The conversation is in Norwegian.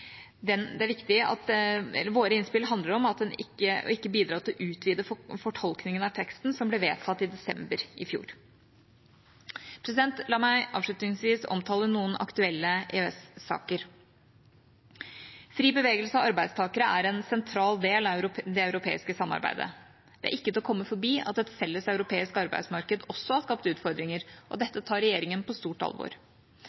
den ytre grensekontroll. Globalt jobber vi for utformingen av en oppfølgingsmekanisme av FNs migrasjonsplattform, og våre innspill handler om ikke å bidra til å utvide fortolkningen av teksten som ble vedtatt i desember i fjor. La meg avslutningsvis omtale noen aktuelle EØS-saker. Fri bevegelse av arbeidstakere er en sentral del av det europeiske samarbeidet. Det er ikke til å komme forbi at et felles europeisk arbeidsmarked også har skapt utfordringer.